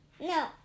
No